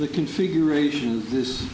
the configuration this